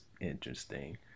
interesting